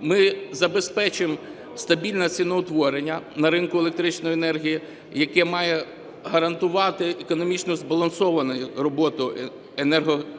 ми забезпечимо стабільне ціноутворення на ринку електричної енергії, яке має гарантувати економічно-збалансовану роботу енергогенеруючих